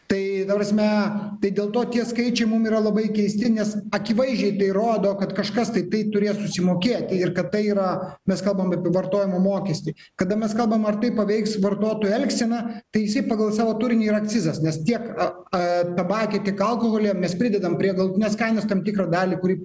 tai ta prasme tai dėl to tie skaičiai mum yra labai keisti nes akivaizdžiai tai rodo kad kažkastai tai turės susimokėti ir kad tai yra mes kalbam apie vartojimo mokestį kada mes kalbam ar tai paveiks vartotojų elgseną tai jisai pagal savo turinį yra akcizas nes tiek tabake tiek alkoholyje mes pridedam prie galutinės kainos tam tikrą dalį kurį